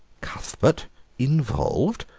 cuthbert involved!